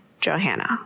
Johanna